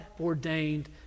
ordained